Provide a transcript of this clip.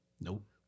Nope